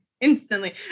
Instantly